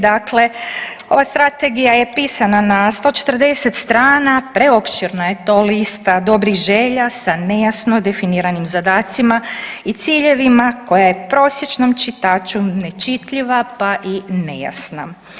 Dakle, ova strategija je pisana na 140 strana, preopširna je to lista dobrih želja sa nejasno definiranim zadacima i ciljevima koja je prosječnom čitaću nečitljiva pa i nejasna.